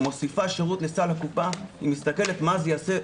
מוסיפה שירות לסל הקופה היא מסתכלת מה זה יעשה,